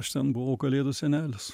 aš ten buvo kalėdų senelis